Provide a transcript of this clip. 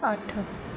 ਅੱਠ